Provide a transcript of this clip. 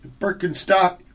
Birkenstock